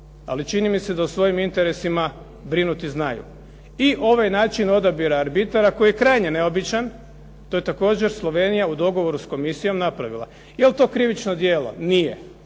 Ali čini mi se da o svojim interesima brinuti znaju. I ovaj način odabira arbitara koji je krajnje neobičan, to je također Slovenija u dogovoru sa komisijom napravila. Jel to krivično djelo? Nije.